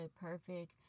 perfect